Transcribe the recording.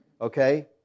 Okay